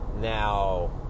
Now